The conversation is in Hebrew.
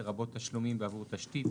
לרבות תשלומים בעבור תשתית,